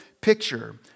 picture